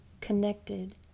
connected